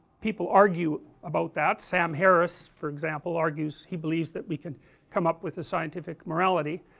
people argue about that, sam harris, for example, argues, he believes that we can come up with a scientific morality